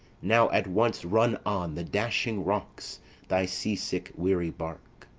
now at once run on the dashing rocks thy seasick weary bark!